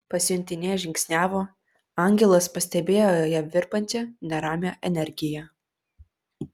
pasiuntinė žingsniavo angelas pastebėjo joje virpančią neramią energiją